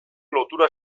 lotura